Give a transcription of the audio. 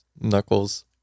Knuckles